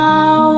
Now